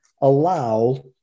allow